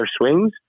swings